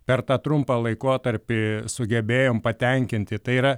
per tą trumpą laikotarpį sugebėjom patenkinti tai yra